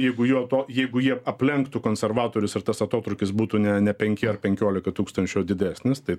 jeigu jo to jeigu jie aplenktų konservatorius ir tas atotrūkis būtų ne ne penki ar penkiolika tūkstančių o didesnis tai